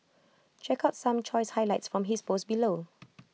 check out some choice highlights from his post below